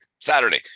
Saturday